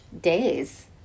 Days